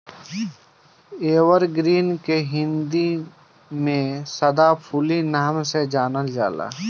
evergreen के हिंदी में सदाफुली नाम से जानल जाला